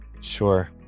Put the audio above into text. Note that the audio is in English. Sure